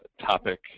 topic